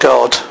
God